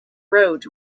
roads